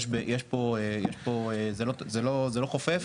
זה לא חופף,